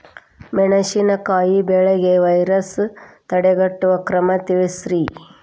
ಮೆಣಸಿನಕಾಯಿ ಬೆಳೆಗೆ ವೈರಸ್ ತಡೆಗಟ್ಟುವ ಕ್ರಮ ತಿಳಸ್ರಿ